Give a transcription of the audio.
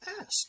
ask